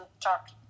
talk